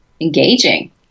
engaging